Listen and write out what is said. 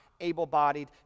able-bodied